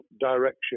direction